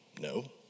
No